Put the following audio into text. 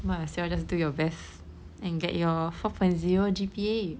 might as well just do your best and get your four point zero G_P_A